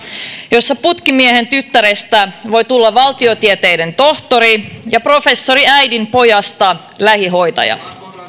jossa putkimiehen tyttärestä voi tulla valtiotieteiden tohtori ja professoriäidin pojasta lähihoitaja